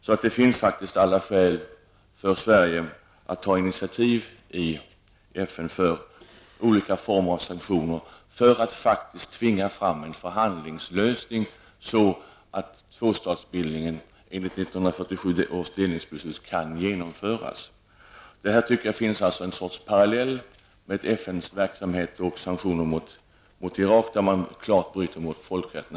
Sverige har alla skäl i världen att i FN ta initiativ till olika former av sanktioner för att tvinga fram en förhandlingslösning så att tvåstatsbildningen enligt 1947 års delningsbeslut kan genomföras. Jag anser att det i den här frågan finns en parallell i FNs verksamhet när det gäller sanktioner mot Irak, där man klart bryter mot folkrätten.